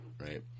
Right